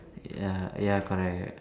ya ya correct